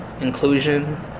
inclusion